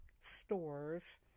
stores